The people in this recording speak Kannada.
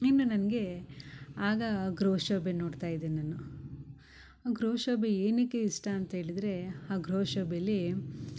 ಇನ್ನು ನನಗೆ ಆಗ ಗೃಹ ಶೋಭೆ ನೋಡ್ತಾಯಿದೆ ನಾನು ಆ ಗೃಹ ಶೋಭೆ ಏನಕೆ ಇಷ್ಟ ಅಂತೇಳಿದರೆ ಆ ಗೃಹ ಶೋಭೆಲಿ